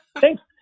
thanks